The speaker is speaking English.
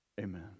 Amen